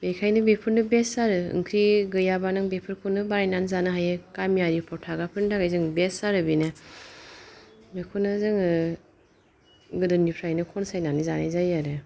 बेखायनो बेफोरनो बेस्थ आरो ओंख्रि गैयाबा नों बेफोरखौनो बानायनानै जानो हायो गामियारिफ्राव थाग्राफोरनि थाखाय जोंनो बेस्थ आरो बेनो बेखौनो जोङो गोदोनिफ्रायनो खनसायनानै जानाय जायो आरो